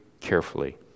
carefully